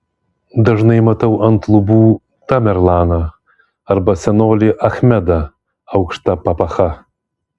dažnai matau ant lubų tamerlaną arba senolį achmedą aukšta papacha